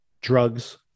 drugs